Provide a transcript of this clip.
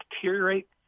deteriorate